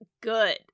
good